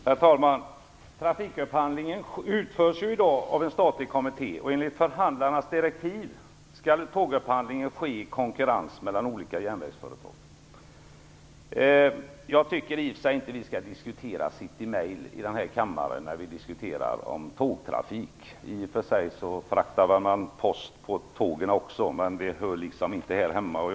Herr talman! Trafikupphandlingen utförs i dag av en statlig kommitté. Enligt förhandlarnas direktiv skall tågupphandlingen ske i konkurrens mellan olika järnvägsföretag. Jag tycker inte att vi skall diskutera Citymail i den här kammaren när det handlar om tågtrafik. I och för sig fraktar man post på tåg, men det hör inte hemma här.